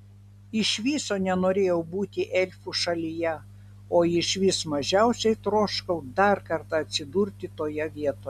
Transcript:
iš viso nenorėjau būti elfų šalyje o užvis mažiausiai troškau dar kartą atsidurti toje vietoje